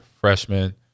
freshman